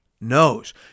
knows